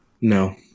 No